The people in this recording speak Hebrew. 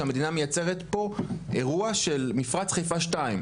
שהמדינה מייצרת פה אירוע של מפרץ חיפה 2,